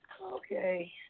Okay